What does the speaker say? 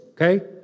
okay